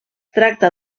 tracta